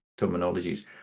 terminologies